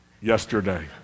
yesterday